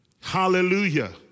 Hallelujah